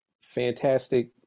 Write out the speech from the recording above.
fantastic